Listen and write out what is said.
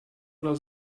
oder